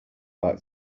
back